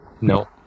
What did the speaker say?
No